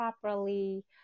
properly